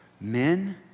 Men